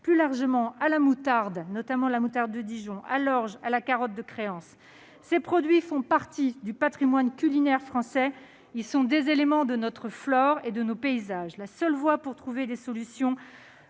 plus largement à la moutarde- notamment la moutarde de Dijon -, à l'orge ou à la carotte de Créances ... Ces produits font partie du patrimoine culinaire français, ils sont des éléments de notre flore et de nos paysages. La seule voie pour trouver des solutions